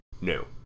No